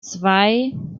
zwei